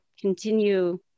continue